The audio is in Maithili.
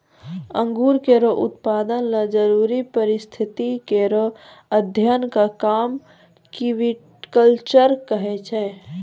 अंगूर केरो उत्पादन ल जरूरी परिस्थिति केरो अध्ययन क काम विटिकलचर करै छै